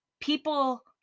people